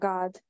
God